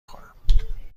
خورم